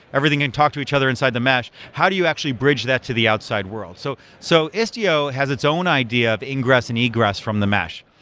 everything can talk to each other inside the mesh. how do you actually bridge that to the outside world? so so istio has its own idea of ingress and egress from the mesh.